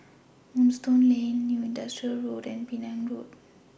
Moonstone Lane New Industrial Road and Penang Road